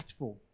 impactful